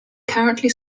currently